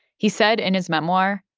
he said in his memoir,